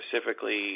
specifically